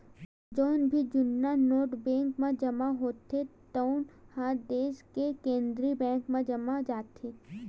जउन भी जुन्ना नोट बेंक म जमा होथे तउन ह देस के केंद्रीय बेंक म जाथे